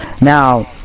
Now